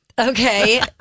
Okay